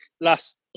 last